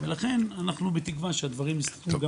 ולכן אנחנו בתקווה שהדברים יסתדרו.